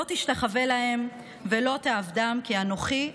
לא תשתחוה להם ולא תעבדֵם כי אנכי ה'